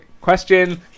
Question